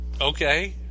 Okay